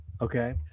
Okay